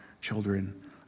children